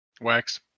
wax